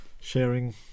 sharing